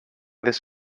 this